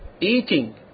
eating